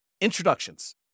Introductions